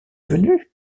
venu